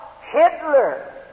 Hitler